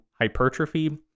hypertrophy